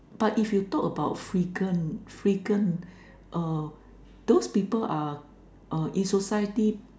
but if you talk about freegan freegan uh those people are uh in society